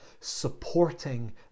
supporting